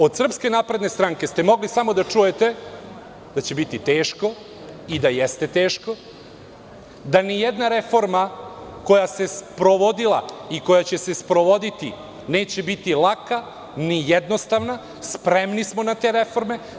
Od SNS ste mogli samo da čujete da će biti teško i da jeste teško, da nijedna reforma koja se sprovodila i koja će se sprovoditi neće biti laka ni jednostavna, spremni smo na te reforme.